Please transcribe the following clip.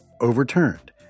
overturned